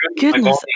goodness